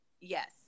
yes